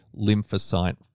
lymphocyte